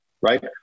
right